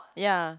ya